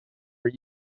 are